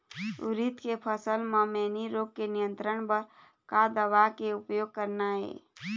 उरीद के फसल म मैनी रोग के नियंत्रण बर का दवा के उपयोग करना ये?